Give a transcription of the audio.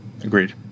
Agreed